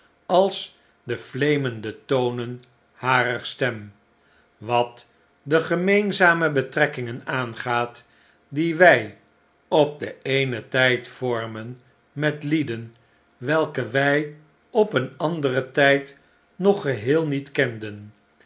als de fleemende tonen harer stem wat de gemeenzame betrekkingen aangaat die wij op den eenen tijd vormen met lieden welke wij op een anderen tijd nog geheel niet kenden